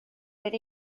oedd